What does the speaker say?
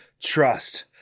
trust